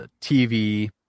TV